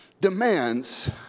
demands